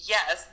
Yes